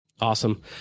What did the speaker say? Awesome